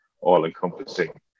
all-encompassing